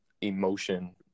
emotion